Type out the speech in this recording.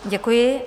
Děkuji.